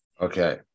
Okay